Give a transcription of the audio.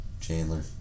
Chandler